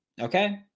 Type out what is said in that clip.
okay